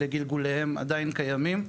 לגלגוליהם, עדיין קיימים,